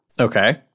Okay